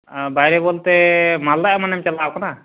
ᱵᱟᱭᱨᱮ ᱵᱚᱞᱛᱮ ᱢᱟᱞᱫᱟ ᱮᱢᱟᱱᱮᱢ ᱪᱟᱞᱟᱣ ᱠᱟᱱᱟ